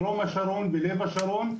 בדרום השרון ולב השרון.